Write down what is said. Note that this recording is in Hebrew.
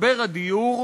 משבר הדיור,